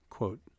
quote